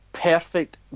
Perfect